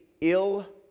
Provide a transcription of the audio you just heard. ill